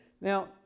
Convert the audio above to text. Now